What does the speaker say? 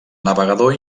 navegador